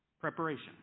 Preparation